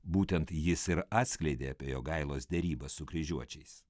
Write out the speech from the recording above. būtent jis ir atskleidė apie jogailos derybas su kryžiuočiais